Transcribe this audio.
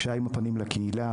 כשהיה "עם הפנים לקהילה",